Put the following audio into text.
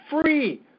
free